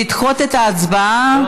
לדחות לשבוע הבא.